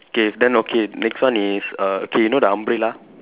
K then okay the next one is uh okay you know the umbrella